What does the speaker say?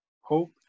hope